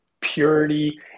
Purity